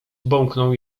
bąknął